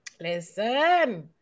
Listen